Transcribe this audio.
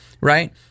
right